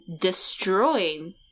destroying